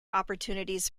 opportunities